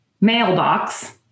mailbox